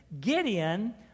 Gideon